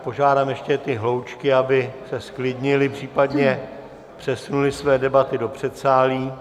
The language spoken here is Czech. Tak požádám ještě ty hloučky, aby se zklidnily, případně přesunuly své debaty do předsálí.